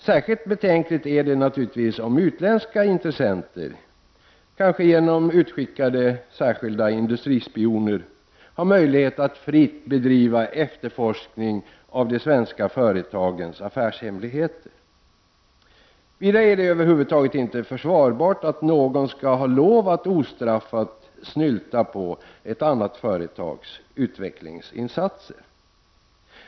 Särskilt betänkligt är det naturligtvis om utländska intressenter — kanske genom särskilt utskickade industrispioner — har möjlighet att fritt bedriva efterforskning av de svenska företagens affärshemligheter. Vidare är det över huvud taget inte försvarbart att någon skall ha lov att ostraffat snylta på ett annat företags utvecklingsinsatser.